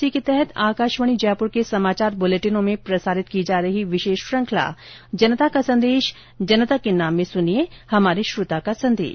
इसी के तहत आकाशवाणी जयपुर के समाचार बुलेटिनों में प्रसारित की जा रही विशेष श्रृखंला जनता का संदेश जनता के नाम में सुनिये हमारे श्रोता का संदेश